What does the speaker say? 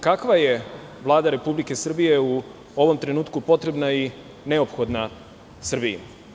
Kakva je Vlada Republike Srbije potrebna u ovom trenutku i neophodna Srbiji?